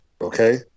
okay